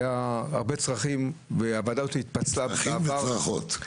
היו הרבה צרכים והוועדה הזאת התפצלה בעבר -- צרכים וצרחות.